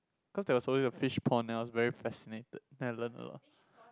cause there was always a fish pond and I was very fascinated then I learn a lot